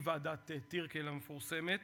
היא ועדת טירקל המפורסמת.